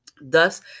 Thus